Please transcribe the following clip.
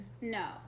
No